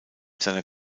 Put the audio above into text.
seiner